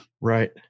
Right